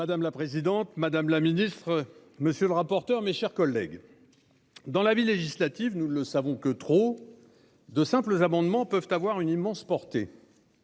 Madame la présidente, madame la ministre, mes chers collègues, dans la vie législative- nous ne le savons que trop -, de simples amendements peuvent avoir une immense portée.